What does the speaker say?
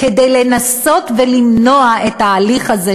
כדי לנסות למנוע את ההליך הזה,